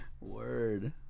Word